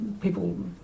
people